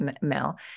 mel